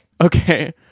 Okay